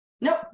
Nope